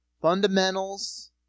fundamentals